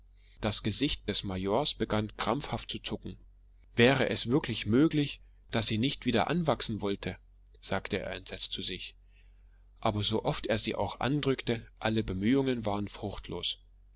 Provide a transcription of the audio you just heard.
das gesicht des majors begann krampfhaft zu zucken wäre es wirklich möglich daß sie nicht wieder anwachsen wollte sagte er entsetzt zu sich aber so oft er sie auch andrückte alle bemühungen waren fruchtlos